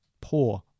Poor